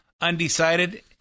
Undecided